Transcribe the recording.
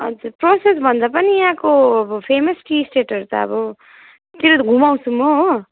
अनि त चर्चेसभन्दा पनि यहाँको फेमस टी स्टेटहरू त अब तिर घुमाउँछु म हो